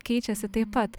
keičiasi taip pat